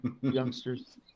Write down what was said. youngsters